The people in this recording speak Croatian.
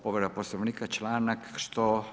Povreda Poslovnika članak, što?